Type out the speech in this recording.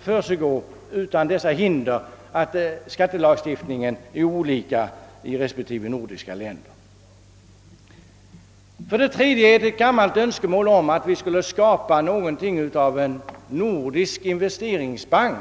försiggå utan hinder av olika skattelagstiftning i respektive nordiska länder. För det tredje föreligger sedan gammalt ett önskemål om att vi skulle starta någon form av nordisk investeringsbank.